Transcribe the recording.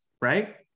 right